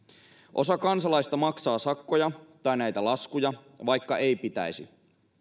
osa kansalaisista maksaa sakkoja tai näitä laskuja vaikka ei pitäisi